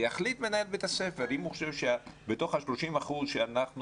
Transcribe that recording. יחליט מנהל בית הספר אם הוא חושב בתוך ה-30% שאנחנו